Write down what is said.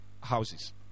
houses